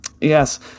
Yes